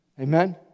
Amen